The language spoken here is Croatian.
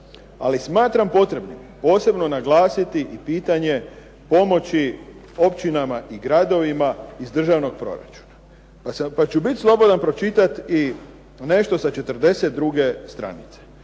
Ali smatram potrebnim posebno naglasiti i pitanje pomoći općinama i gradovima iz državnog proračuna. Pa ću biti slobodan pročitati i nešto sa 42. stranice.